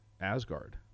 Asgard